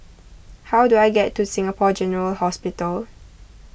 how do I get to Singapore General Hospital